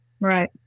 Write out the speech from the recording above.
Right